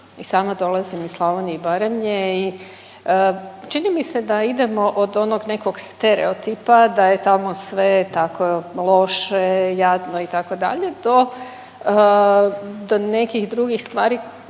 I sama dolazim iz Slavonije i Baranje i čini mi se da idemo od nekog stereotipa da je tamo sve tako loše, jadno itd. do nekih drugih stvari